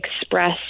express